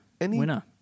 winner